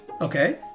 okay